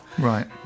Right